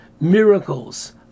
miracles